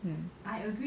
um